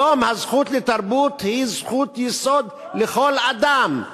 היום הזכות לתרבות היא זכות יסוד של כל אדם.